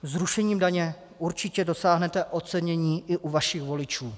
Zrušením daně určitě dosáhnete ocenění i u vašich voličů.